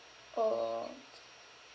orh okay